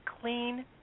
clean